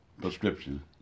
prescription